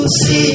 see